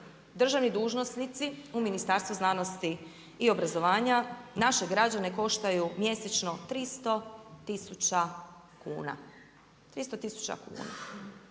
državni dužnosnici u Ministarstvu znanosti i obrazovanja, naše građane koštaju mjesečno 300 tisuća kuna.